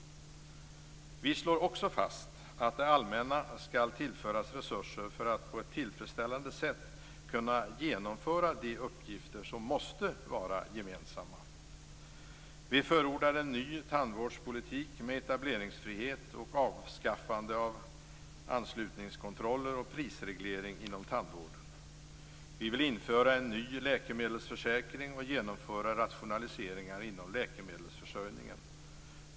Vi slår också fast att det allmänna skall tillföras resurser för att på ett tillfredsställande sätt kunna genomföra de uppgifter som måste vara gemensamma. Vi förordar en ny tandvårdspolitik med etableringsfrihet och avskaffande av anslutningskontroller och prisreglering inom tandvården. Vi vill införa en ny läkemedelsförsäkring och genomföra rationaliseringar inom läkemedelsförsörjningen.